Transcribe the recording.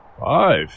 five